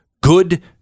good